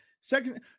second